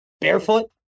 barefoot